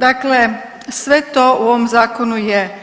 Dakle sve to u ovom Zakonu je